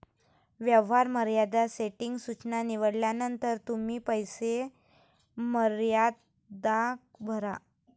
व्यवहार मर्यादा सेटिंग सूचना निवडल्यानंतर तुम्ही पैसे मर्यादा भरा